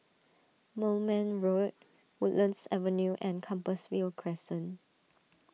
Moulmein Road Woodlands Avenue and Compassvale Crescent